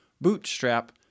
Bootstrap